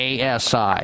ASI